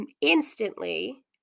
instantly